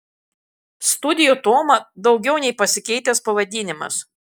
studio toma daugiau nei pasikeitęs pavadinimas